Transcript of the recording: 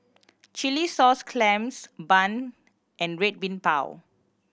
chilli sauce clams bun and Red Bean Bao